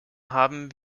haben